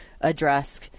address